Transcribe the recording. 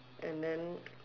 and then